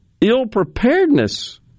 ill-preparedness